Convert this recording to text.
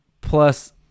plus